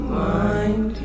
mind